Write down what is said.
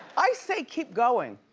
i say keep going.